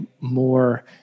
more